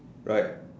right